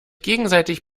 gegenseitig